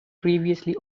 previously